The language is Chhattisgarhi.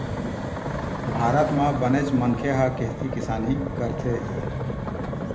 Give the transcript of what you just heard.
भारत म बनेच मनखे ह खेती किसानी करथे